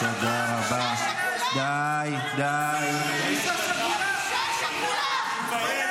של אותו בריון שמקבל את משכורתו מקופת